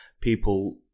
people